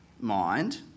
mind